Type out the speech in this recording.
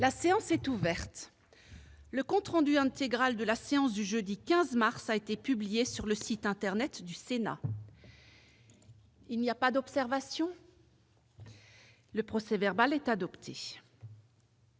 La séance est ouverte. Le compte rendu intégral de la séance du jeudi 15 mars 2018 a été publié sur le site internet du Sénat. Il n'y a pas d'observation ?... Le procès-verbal est adopté.